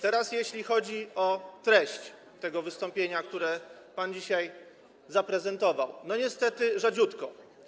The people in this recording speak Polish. Teraz jeśli chodzi o treść tego wystąpienia, które pan dzisiaj zaprezentował, to no, niestety, rzadziutko.